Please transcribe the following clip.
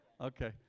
Okay